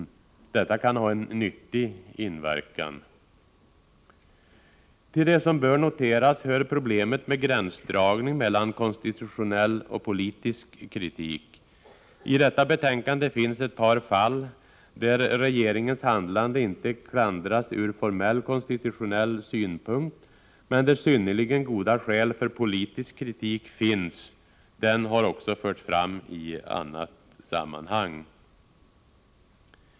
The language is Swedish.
Detta kan ha en nyttig inverkan. Till det som bör noteras hör problemet med gränsdragning mellan konstitutionell och politisk kritik. I detta betänkande finns ett par fall där regeringens handlande inte klandras ur formell konstitutionell synpunkt, men där synnerligen goda skäl för politisk kritik finns. Den har också förts fram i annat sammanhang.